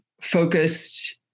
focused